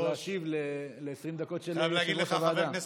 20. צריך להשיב ל-20 דקות של יושב-ראש הוועדה.